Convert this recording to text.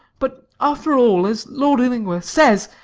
but after all, as lord illingworth says,